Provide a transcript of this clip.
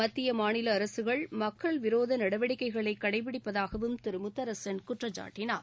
மத்திய மாநில அரசுகள் மக்கள் விரோத நடவடிக்கைகளை கடைபிடிப்பதாகவும் திரு முத்தரசன் குற்றம் சாட்டினார்